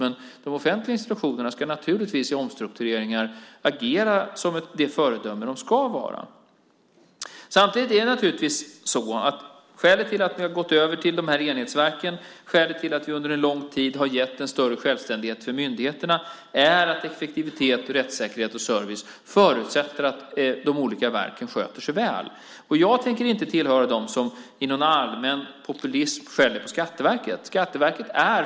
Men de offentliga institutionerna ska i omstruktureringar agera som det föredöme de ska vara. Vi har gått över till enhetsverk och under en lång tid gett myndigheterna en större självständighet. Effektivitet, rättssäkerhet och service förutsätter att de olika verken sköter sig väl. Jag tänker inte tillhöra dem som i någon allmän populism skäller på Skatteverket.